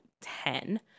ten